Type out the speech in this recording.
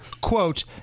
quote